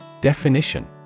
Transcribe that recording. Definition